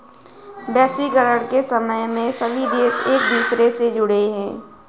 वैश्वीकरण के समय में सभी देश एक दूसरे से जुड़े है